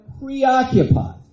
preoccupied